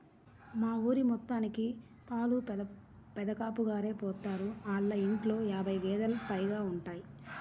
మా ఊరి మొత్తానికి పాలు పెదకాపుగారే పోత్తారు, ఆళ్ళ ఇంట్లో యాబై గేదేలు పైగా ఉంటయ్